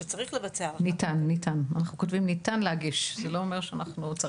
שכתוב בהם שצריך לבצע הערכה